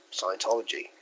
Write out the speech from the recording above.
Scientology